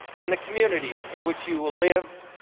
and the communities in which you will live,